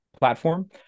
platform